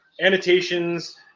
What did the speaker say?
annotations